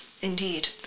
Indeed